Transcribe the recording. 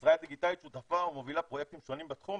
ישראל דיגיטלית שותפה ומובילה פרויקטים שונים בתחום,